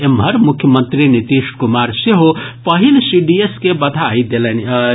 एम्हर मुख्यमंत्री नीतीश कुमार सेहो पहिल सीडीएस के बधाई देलनि अछि